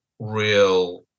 real